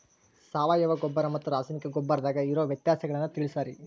ಸಾವಯವ ಗೊಬ್ಬರ ಮತ್ತ ರಾಸಾಯನಿಕ ಗೊಬ್ಬರದಾಗ ಇರೋ ವ್ಯತ್ಯಾಸಗಳನ್ನ ತಿಳಸ್ರಿ